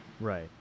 Right